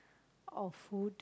of food